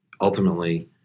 ultimately